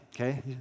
Okay